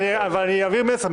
אני אעביר מסר.